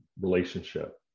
relationship